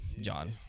john